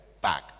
back